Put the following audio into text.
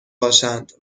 باشند